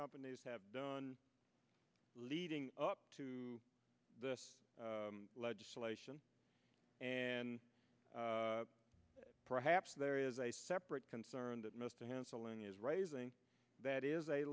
companies have done leading up to the legislation and perhaps there is a separate concern that mr handling is raising that is a